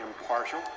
impartial